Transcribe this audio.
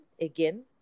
Again